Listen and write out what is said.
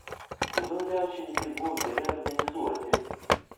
kodėl riaušininkai buvo gerai organizuoti